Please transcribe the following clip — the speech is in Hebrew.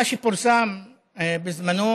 מה שפורסם בזמנו,